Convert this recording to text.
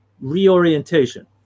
reorientation